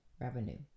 revenue